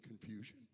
confusion